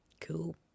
Cool